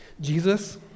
Jesus